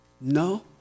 No